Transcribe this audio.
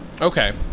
okay